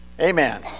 Amen